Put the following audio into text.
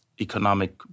economic